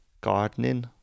gardening